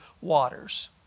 waters